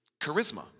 charisma